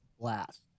blast